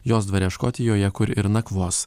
jos dvare škotijoje kur ir nakvos